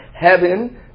heaven